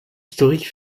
historique